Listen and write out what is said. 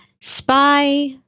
Spy